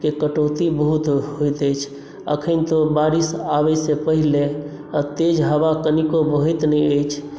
के कटौती बहुत होइत अछि अखनतो बारिश आबै से पहिले आ तेज हवा कनीको बहैत नहि अछि